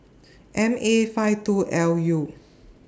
M A five two L U